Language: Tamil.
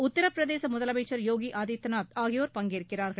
உத்தரபிரதேச முதலமைச்சர் யோகி ஆதித்யநாத் ஆகியோர் பங்கேற்கிறார்கள்